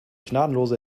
gnadenlose